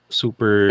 super